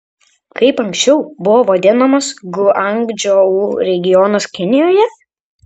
kaip anksčiau buvo vadinamas guangdžou regionas kinijoje